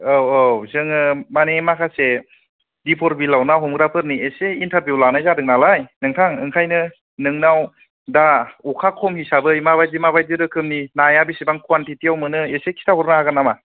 औ औ जोङो मानि माखासे दिपर बिलआव ना हमग्राफोरनि एसे इन्टारभिउ लानाय जादों नालाय नोंथां ओंखायनो नोंनाव दा अखा खम हिसाबै माबायदि माबायदि रोखोमनि नाया बिसिबां कुवानटिटि आव मोनो एसे खिन्था हरनो हागोन नामा